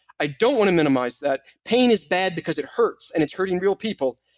i don't want to minimize that. pain is bad because it hurts and it's hurting real people.